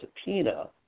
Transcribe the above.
subpoena